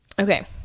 Okay